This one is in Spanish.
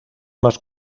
más